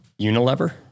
Unilever